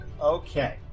Okay